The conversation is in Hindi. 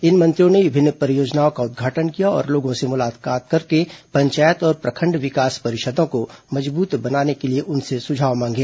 इन मंत्रियों ने विभिन्न परियोजनाओं का उद्घाटन किया और लोगों से मुलाकात करके पंचायत और प्रखंड विकास परिषदों को मजबूत बनाने के लिए उनसे सुझाव मांगे